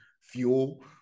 fuel